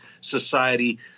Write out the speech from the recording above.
society